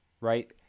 right